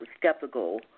skeptical